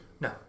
No